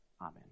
Amen